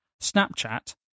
Snapchat